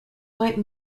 white